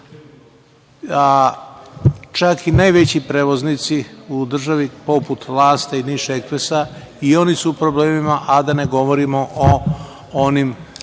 čak i najveći prevoznici u državi poput „Laste“ i „Niš ekspresa“, su u problemima, a da ne govorimo o onim